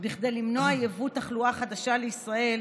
כדי למנוע יבוא תחלואה חדשה לישראל,